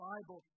Bible